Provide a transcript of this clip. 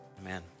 Amen